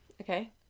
okay